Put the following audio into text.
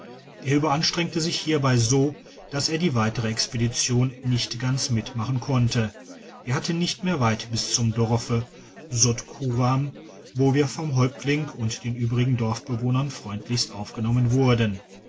er tiberanstrengte sich hierbei so dass er die weitere expedition nicht ganz mitmachen konnte wir hatten nicht mehr weit bis zum dorfe sotkuram wo wir vom häuptling und den übrigen doribewohnern freundlichst aufgenommen wurden